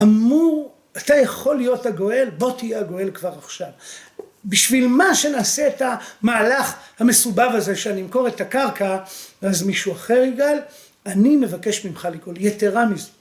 אמור אתה יכול להיות הגואל בוא תהיה הגואל כבר עכשיו בשביל מה שנעשה את המהלך המסובך הזה שאני אמכור את הקרקע ואז מישהו אחר יגאל אני מבקש ממך לגאול יתרה מזו